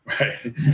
Right